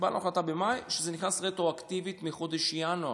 שזה נכנס רטרואקטיבית מחודש ינואר,